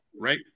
right